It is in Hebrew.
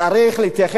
בני-אנוש.